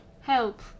help